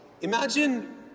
Imagine